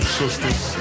sisters